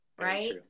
right